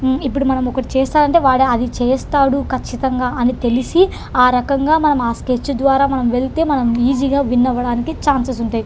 ఇప్పుడు మనం ఒక చేస్తారంటే వాడు అది చేస్తాడు ఖచ్చితంగా అని తెలిసి ఆ రకంగా మనమా స్కెచ్ ద్వారా మనం వెళ్తే మనం ఈజీగా విన్నవడానికి చాన్సెస్ ఉంటాయి